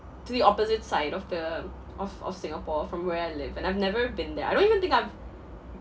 to the opposite side of the of of singapore from where I live and I've never been there I don't even think I've